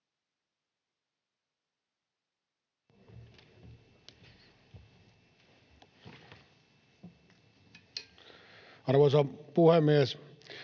Arvoisa puhemies!